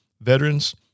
Veterans